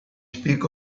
speak